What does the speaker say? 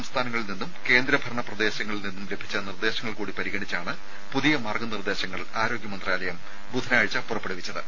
സംസ്ഥാനങ്ങളിൽ നിന്നും കേന്ദ്ര ഭരണ പ്രദേശങ്ങളിൽ നിന്നും ലഭിച്ച നിർദ്ദേശങ്ങൾ കൂടി പരിഗണിച്ചാണ് പുതിയ മാർഗ്ഗ നിർദ്ദേശങ്ങൾ ആരോഗ്യ മന്ത്രാലയം ബുധനാഴ്ച പുറപ്പെടുവിച്ചത്